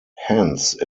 hence